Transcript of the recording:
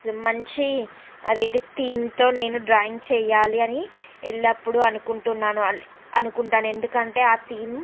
మంచి అదేంటి థీమ్తో నేను డ్రాయింగ్ చెయ్యాలి అని ఎల్లప్పుడూ అనుకుంటున్నాను అను అనుకుంటాను ఎందుకంటే ఆ థీమ్